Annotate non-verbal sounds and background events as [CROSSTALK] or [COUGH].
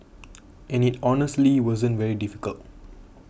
[NOISE] and it honestly wasn't very difficult